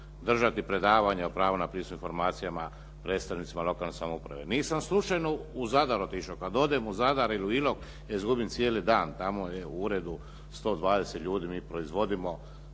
držati predavanje o pravu na pristup informacijama predstavnicima lokalne samouprave. Nisam slučajno u Zadar otišao. Kad odem u Zadar ili Ilok izgubim cijeli dan. Tamo je u uredu 120 ljudi. Mi proizvodimo